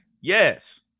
yes